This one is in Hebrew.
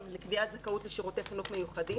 לקביעת זכאות לשירותי חינוך מיוחדים